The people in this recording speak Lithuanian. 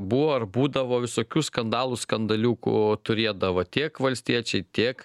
buvo ar būdavo visokių skandalų skandaliukų turėdavo tiek valstiečiai tiek